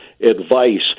advice